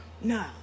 No